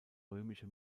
römische